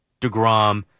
DeGrom